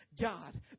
God